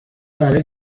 برای